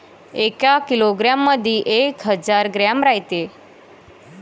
एका किलोग्रॅम मंधी एक हजार ग्रॅम रायते